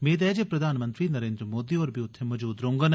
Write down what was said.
मेद ऐ जे प्रधानमंत्री नरेन्द्र मोदी होर बी उत्थे मौजूद रौहडन